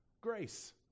grace